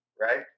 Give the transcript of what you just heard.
right